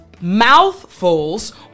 mouthfuls